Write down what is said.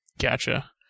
Gotcha